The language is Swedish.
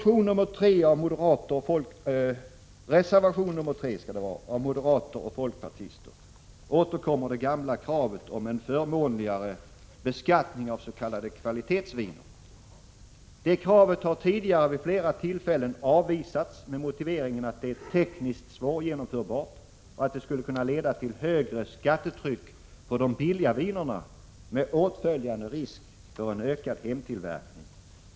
I reservation nr 3 av moderater och folkpartister återkommer det gamla kravet på en förmånligare beskattning av s.k. kvalitetsviner. Det kravet har tidigare — vid flera tillfällen — avvisats med motiveringen att det är tekniskt svårgenomförbart och att det skulle kunna leda till högre skattetryck på de billiga vinerna, med åtföljande risk för en ökad hemtillverkning.